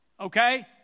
Okay